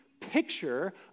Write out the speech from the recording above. picture